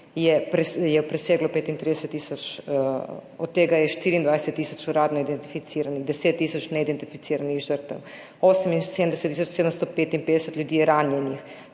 je preseglo 35 tisoč, od tega je 24 tisoč uradno identificiranih, 10 tisoč neidentificiranih žrtev, 78 tisoč 755 ljudi je ranjenih,